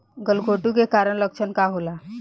गलघोंटु के कारण लक्षण का होखे?